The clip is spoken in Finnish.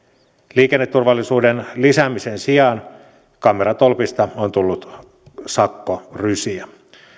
liikenneturvallisuuden lisäämisen sijaan kameratolpista on tullut sakkorysiä